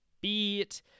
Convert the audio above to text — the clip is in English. beat